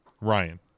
Ryan